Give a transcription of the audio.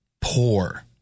poor